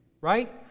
Right